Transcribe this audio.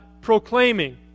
proclaiming